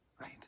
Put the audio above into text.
Right